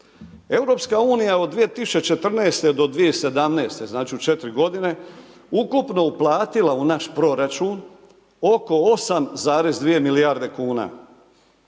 izgleda. EU od 2014. do 2017. znači u 4 godine je ukupno uplatila u naš proračun oko 8,2 milijarde kuna.